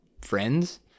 friends